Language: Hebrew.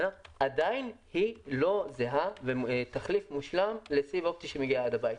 עדיין היא לא זהה ותחליף מושלם לסיב אופטי שמגיע עד הבית.